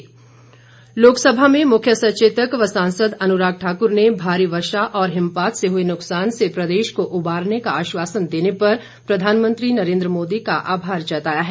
अनुराग ठाकुर लोकसभा में मुख्य सचेतक व सांसद अनुराग ठाकुर ने भारी वर्षा और हिमपात से हुए नुकसान से प्रदेश को उबारने का आश्वासन देने पर प्रधानमंत्री नरेन्द्र मोदी का आभार जताया है